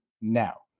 now